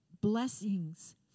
blessings